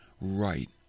right